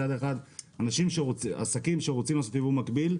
מצד אחד עסקים שרוצים לעשות ייבוא מקביל,